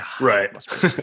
Right